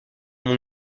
mon